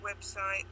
website